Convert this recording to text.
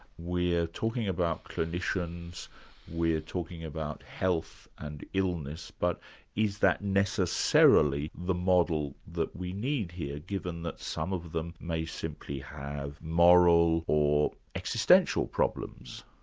we're talking about clinicians we're talking about health and illness, but is that necessarily the model that we need here, given that some of them may simply have moral or existential problems.